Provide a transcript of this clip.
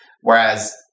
whereas